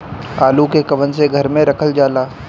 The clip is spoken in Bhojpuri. आलू के कवन से घर मे रखल जाला?